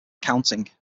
accounting